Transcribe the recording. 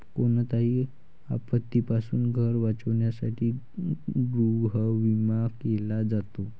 कोणत्याही आपत्तीपासून घर वाचवण्यासाठी गृहविमा केला जातो